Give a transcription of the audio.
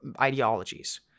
ideologies